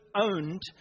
owned